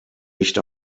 nicht